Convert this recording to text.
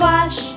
Wash